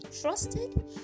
trusted